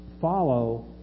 follow